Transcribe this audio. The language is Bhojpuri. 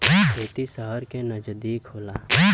खेती सहर के नजदीक होला